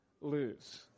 lose